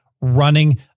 running